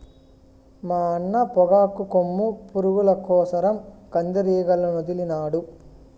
మా అన్న పొగాకు కొమ్ము పురుగుల కోసరం కందిరీగలనొదిలినాడు